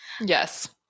Yes